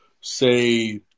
say